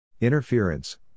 Interference